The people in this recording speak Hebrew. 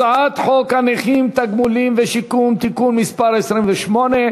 הצעת חוק הנכים (תגמולים ושיקום) (תיקון מס' 28),